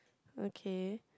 okay